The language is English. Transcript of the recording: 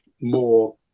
more